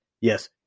Yes